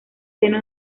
seno